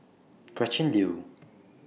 Gretchen Liu